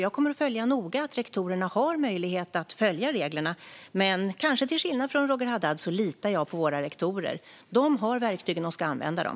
Jag kommer att följa noga att rektorerna har möjlighet att följa reglerna, men jag - kanske till skillnad från Roger Haddad - litar på våra rektorer. De har verktygen och ska använda dem.